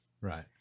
Right